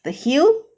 the heel